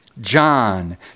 John